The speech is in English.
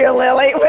yeah lily,